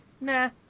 nah